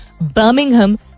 Birmingham